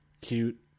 cute